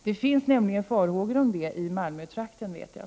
Man hyser nämligen farhågor för det i Malmötrakten, vet jag.